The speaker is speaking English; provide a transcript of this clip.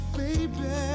baby